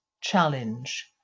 challenge